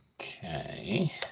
okay